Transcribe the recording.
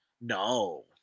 No